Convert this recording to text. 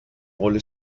wall